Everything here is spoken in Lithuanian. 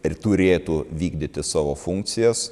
ir turėtų vykdyti savo funkcijas